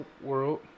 world